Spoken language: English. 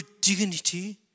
dignity